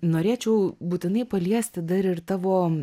norėčiau būtinai paliesti dar ir tavo